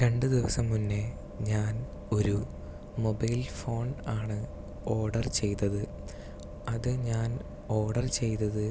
രണ്ടു ദിവസം മുന്നേ ഞാൻ ഒരു മൊബൈൽ ഫോൺ ആണ് ഓർഡർ ചെയ്തത് അത് ഞാൻ ഓർഡർ ചെയ്തത്